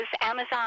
Amazon